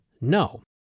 No